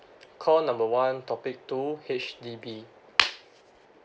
call number one topic two H_D_B